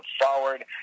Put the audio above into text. forward